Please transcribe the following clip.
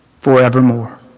forevermore